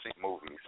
movies